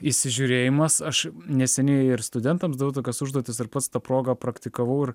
įsižiūrėjimas aš neseniai ir studentam daviau tokias užduotis ir pats ta proga praktikavau ir